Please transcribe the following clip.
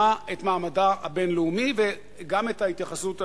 את מעמדה הבין-לאומי וגם את ההתייחסות אליה.